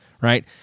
right